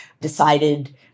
decided